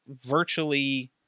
virtually –